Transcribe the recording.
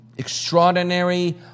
extraordinary